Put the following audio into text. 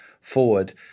forward